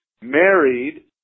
married